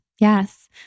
Yes